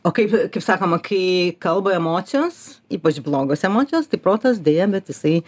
o kaip kaip sakoma kai kalba emocijos ypač blogos emocijos tai protas deja bet jisai